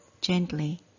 gently